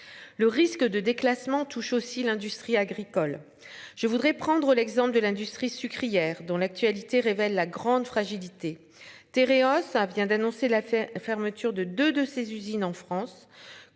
Le risque de déclassement touche aussi l'industrie agricole. Je voudrais prendre l'exemple de l'industrie sucrière dans l'actualité, révèle la grande fragilité Téréos ça vient d'annoncer l'affaire, fermeture de 2 de ses usines en France.